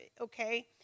Okay